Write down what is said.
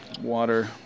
water